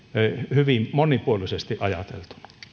hyvin monipuolisesti ajateltuna